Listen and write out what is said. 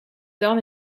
dan